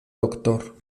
doctor